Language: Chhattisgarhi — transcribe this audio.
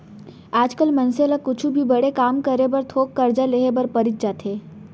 आज काल मनसे ल कुछु भी बड़े काम करे बर थोक करजा लेहे बर परीच जाथे